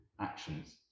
actions